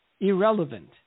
irrelevant